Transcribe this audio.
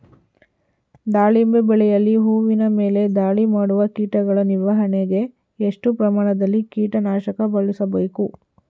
ದಾಳಿಂಬೆ ಬೆಳೆಯಲ್ಲಿ ಹೂವಿನ ಮೇಲೆ ದಾಳಿ ಮಾಡುವ ಕೀಟಗಳ ನಿರ್ವಹಣೆಗೆ, ಎಷ್ಟು ಪ್ರಮಾಣದಲ್ಲಿ ಕೀಟ ನಾಶಕ ಬಳಸಬೇಕು?